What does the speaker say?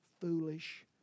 foolish